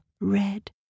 red